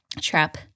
trap